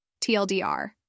TLDR